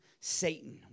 Satan